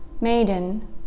Maiden